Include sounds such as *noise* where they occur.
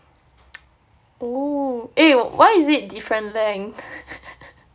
oh eh why is it different length *laughs*